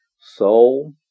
Soul